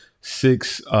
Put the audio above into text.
six